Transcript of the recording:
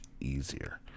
easier